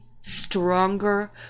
stronger